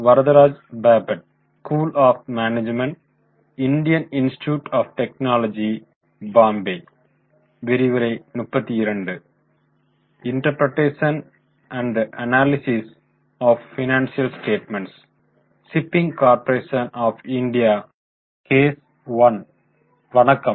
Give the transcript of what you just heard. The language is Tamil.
வணக்கம்